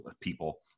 people